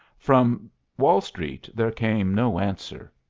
from wall street there came no answer,